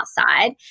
outside